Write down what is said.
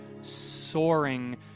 Soaring